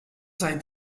sei